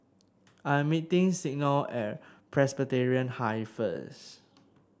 I'm meeting Signe at Presbyterian High first